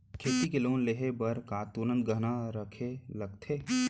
खेती के लोन लेहे बर का तुरंत गहना रखे लगथे?